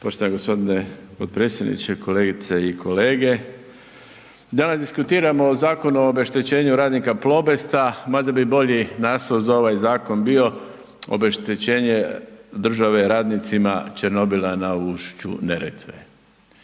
Poštovani gospodine potpredsjedniče, kolegice i kolege, danas diskutiramo o Zakonu o obeštećenju radnika Plobesta, mada bi bolji naslov za ovaj zakon bio obeštećenje države radnicima Černobila na ušću Neretve.